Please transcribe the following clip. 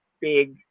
big